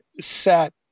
set